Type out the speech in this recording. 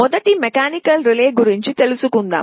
మొదట mechanical relay గురించి మాట్లాడుదాం